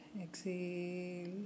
Exhale